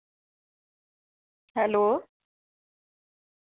hello